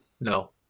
No